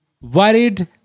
Worried